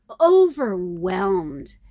overwhelmed